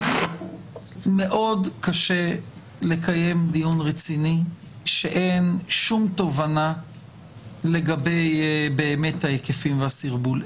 מאוד קשה לקיים דיון רציני כשאין כל תובנה לגבי ההיקפים והסרבול.